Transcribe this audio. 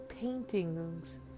paintings